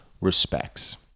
respects